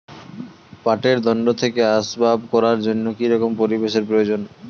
পাটের দণ্ড থেকে আসবাব করার জন্য কি রকম পরিবেশ এর প্রয়োজন?